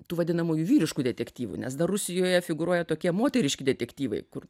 tų vadinamųjų vyriškų detektyvų nes dar rusijoje figūruoja tokie moteriški detektyvai kur